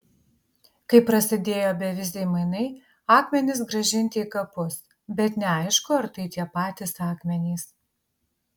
kai prasidėjo beviziai mainai akmenys grąžinti į kapus bet neaišku ar tai tie patys akmenys